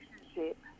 relationship